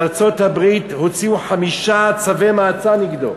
בארצות-הברית הוציאו חמישה צווי מעצר נגדו.